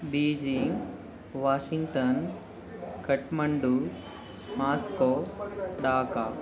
Beijing Washington Kathmandu Moscow Dhaka